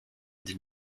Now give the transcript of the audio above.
did